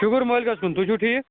شُکُر مٲلکَس کُن تُہۍ چھُو ٹھیٖک